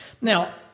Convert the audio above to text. Now